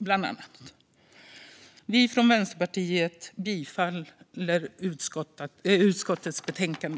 Jag yrkar bifall till utskottets förslag.